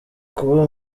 kuba